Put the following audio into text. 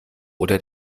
oder